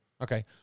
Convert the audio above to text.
Okay